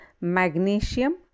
magnesium